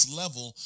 level